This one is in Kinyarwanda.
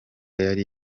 yari